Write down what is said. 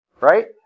right